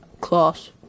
Class